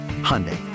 Hyundai